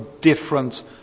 different